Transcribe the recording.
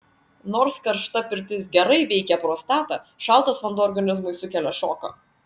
nors karšta pirtis gerai veikia prostatą šaltas vanduo organizmui sukelia šoką